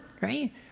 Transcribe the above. right